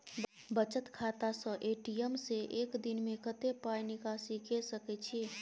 बचत खाता स ए.टी.एम से एक दिन में कत्ते पाई निकासी के सके छि?